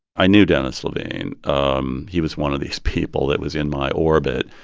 i knew dennis levine. um he was one of these people that was in my orbit.